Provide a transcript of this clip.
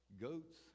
Goats